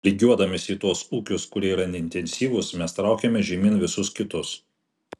lygiuodamiesi į tuos ūkius kurie yra neintensyvūs mes traukiame žemyn visus kitus